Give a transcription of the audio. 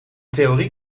theorie